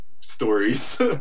stories